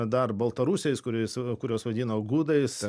dar baltarusiais kuriais kuriuos vadino gudais